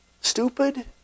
stupid